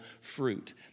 fruit